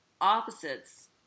opposites